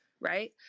right